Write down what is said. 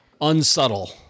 unsubtle